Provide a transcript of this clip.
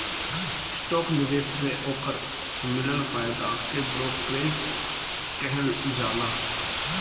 stock निवेश से ओकर मिलल फायदा के ब्रोकरेज कहल जाला